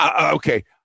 okay